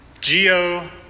geo